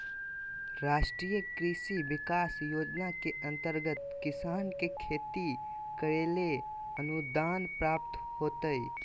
राष्ट्रीय कृषि विकास योजना के अंतर्गत किसान के खेती करैले अनुदान प्राप्त होतय